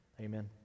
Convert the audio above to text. Amen